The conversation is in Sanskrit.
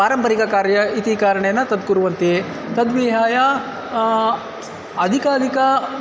पारम्परिककार्यम् इति कारणेन तत् कुर्वन्ति तद्विहाय अधिकाधिकम्